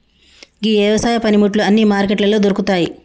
గీ యవసాయ పనిముట్లు అన్నీ మార్కెట్లలో దొరుకుతాయి